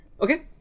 Okay